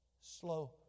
Slow